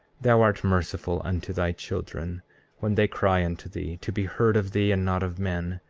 thou art merciful unto thy children when they cry unto thee, to be heard of thee and not of men,